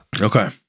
okay